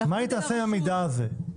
מה היא תעשה עם המידע הזה?